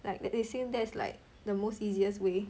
like they they say that's like the most easiest way